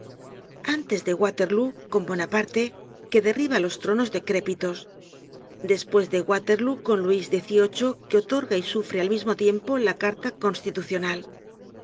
antes de waterlóo con bonaparte que derriba los tronos decrépitos despues de waterlóo con luis xviii que otorga y sufre al mismo tiempo la carta constitucional